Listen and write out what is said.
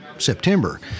September